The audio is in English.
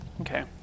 Okay